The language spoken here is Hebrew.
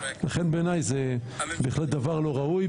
לכן בעיניי זה בהחלט דבר לא ראוי,